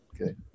Okay